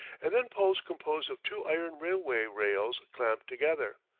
and then poles composed of two iron railway-rails clamped together.